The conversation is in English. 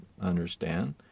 understand